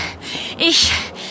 Ich